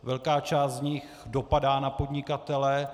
Velká část z nich dopadá na podnikatele.